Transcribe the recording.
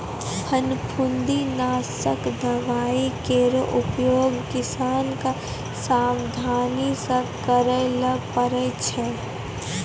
फफूंदी नासक दवाई केरो उपयोग किसान क सावधानी सँ करै ल पड़ै छै